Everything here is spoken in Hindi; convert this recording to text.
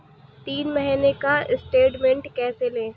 तीन महीने का स्टेटमेंट कैसे लें?